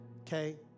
okay